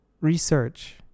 research